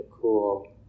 cool